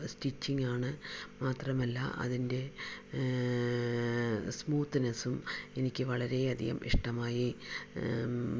സ്റ്റിച്ചിങ്ങാണ് മാത്രമല്ല അതിൻ്റെ സ്മൂത്ത്നെസ്സും എനിക്ക് വളരെയധികം ഇഷ്ടമായി